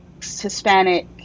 Hispanic